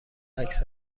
عکس